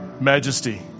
majesty